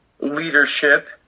leadership